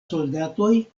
soldatoj